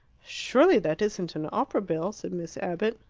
surely that isn't an opera-bill? said miss abbott.